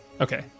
Okay